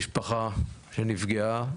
משפחה שנפגעה,